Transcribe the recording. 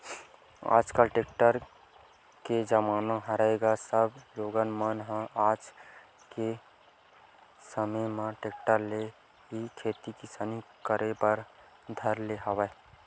आजकल टेक्टर के जमाना हरय गा सब लोगन मन ह आज के समे म टेक्टर ले ही खेती किसानी करे बर धर ले हवय